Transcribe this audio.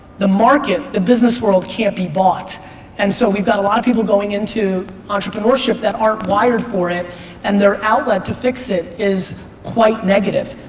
the market, the business world, can't be bought and so we've got a lot of people going into entrepreneurship that aren't wired for it and their outlet to fix it is quite negative.